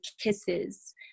kisses